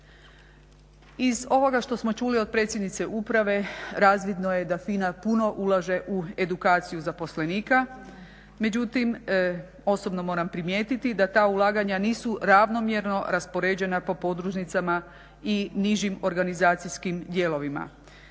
Iz ovoga što smo čuli od predsjednice uprave razvidno je da FINA puno ulaže u edukaciju zaposlenika, međutim osobno moram primijetiti da ta ulaganja nisu ravnomjerno raspoređena po podružnicama i nižim organizacijskim dijelovima,